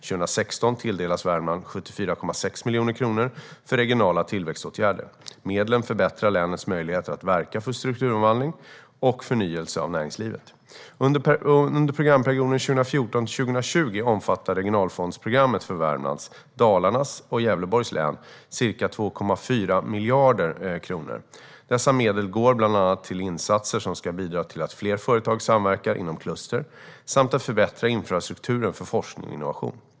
År 2016 tilldelas Värmland 74,6 miljoner kronor för regionala tillväxtåtgärder. Medlen förbättrar länets möjligheter att verka för strukturomvandling och förnyelse av näringslivet. Under programperioden 2014-2020 omfattar regionalfondsprogrammet för Värmlands, Dalarnas och Gävleborgs län ca 2,4 miljarder kronor. Dessa medel går bland annat till insatser som ska bidra till att fler företag samverkar inom kluster samt till att förbättra infrastrukturen för forskning och innovation.